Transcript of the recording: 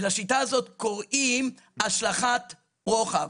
ולשיטה הזאת קוראים השלכת רוחב.